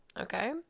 okay